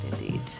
indeed